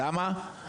למה?